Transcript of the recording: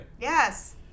Yes